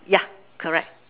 yeah correct